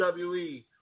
WWE